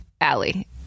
Allie